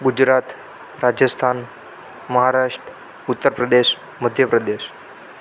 Gujarat Rajasthan Maharashtra Uttar Pradesh Madhya Pradesh